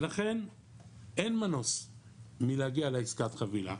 לכן אין מנוס מלהגיע לעסקת חבילה.